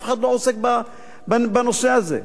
אף אחד לא עוסק בנושא הזה.